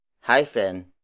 hyphen